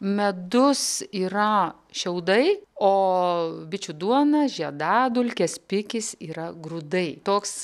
medus yra šiaudai o bičių duona žiedadulkės pikis yra grūdai toks